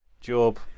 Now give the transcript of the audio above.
Job